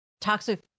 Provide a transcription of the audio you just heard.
toxic